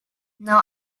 now